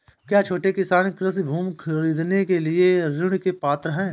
क्या छोटे किसान कृषि भूमि खरीदने के लिए ऋण के पात्र हैं?